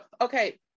okay